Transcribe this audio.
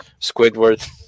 Squidward